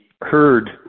heard